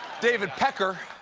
david pecker.